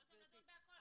יכולתם להתייחס להכול.